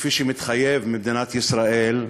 וכפי שמתחייב, במדינת ישראל,